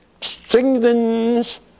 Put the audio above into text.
strengthens